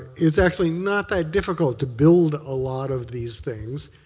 it's actually not that difficult to build a lot of these things.